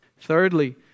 Thirdly